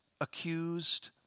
accused